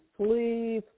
please